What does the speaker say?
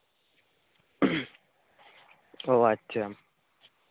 ᱚ ᱟᱪᱪᱷᱟ